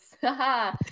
haha